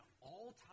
all-time